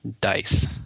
dice